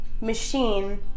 machine